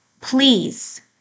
please